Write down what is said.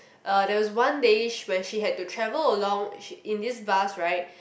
uh there was one day where she had to travel along in this bus right